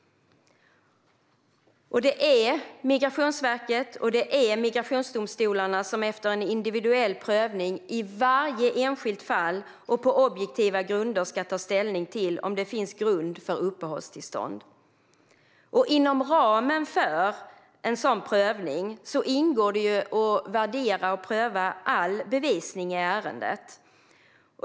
Det är Migrationsverket och migrationsdomstolarna som efter en individuell prövning i varje enskilt fall och på objektiva grunder ska ta ställning till om det finns grund för uppehållstillstånd. Inom ramen för en sådan prövning ingår det att värdera och pröva all bevisning i ärendet.